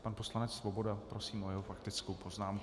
Pan poslanec Svoboda, prosím o jeho faktickou poznámku.